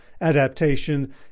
adaptation